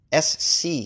SC